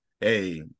hey